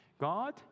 God